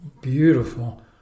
beautiful